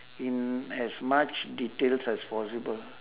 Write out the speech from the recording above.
in as much details as possible